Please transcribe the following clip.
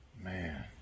man